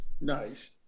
nice